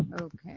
okay